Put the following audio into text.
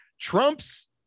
Trump's